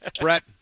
Brett